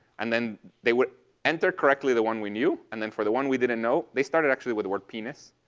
and then they would enter correctly the one we knew, and then for the one we didn't know they started, actually, with the word penis.